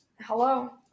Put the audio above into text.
Hello